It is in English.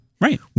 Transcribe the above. Right